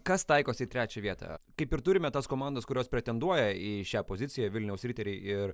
kas taikosi į trečią vietą kaip ir turime tas komandas kurios pretenduoja į šią poziciją vilniaus riteriai ir